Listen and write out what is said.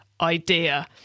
idea